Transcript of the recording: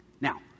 Now